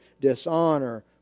dishonor